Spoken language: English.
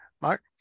Mark